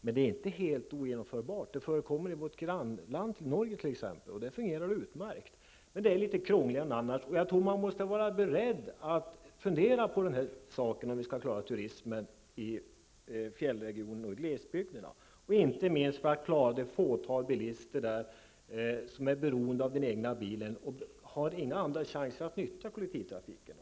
Men det är inte helt ogenomförbart. Det förekommer t.ex. i vårt grannland Norge. Där fungerar det utmärkt. Det är litet krångligare än vanligt. Vi måste vara beredda att fundera litet på detta för att säkra turismen i fjällregioner och glesbygder -- inte minst för det fåtal bilister som är beroende av den egna bilen och inte har någon annan chans att nyttja kollektivtrafiken.